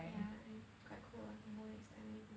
yeah quite cool ah can go next time maybe